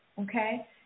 okay